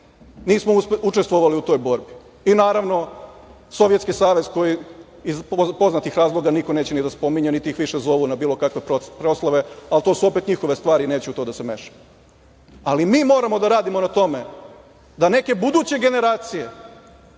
nismo učestvovali u toj borbi i naravno Sovjetski Savez koji iz poznatih razloga niko neće ni da spominje, niti ih više zovu na bilo kakve proslave, ali to su opet njihove stvari, neću u to da se mešam. Mi moramo da radimo na tome da neke buduće generacije